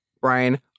Brian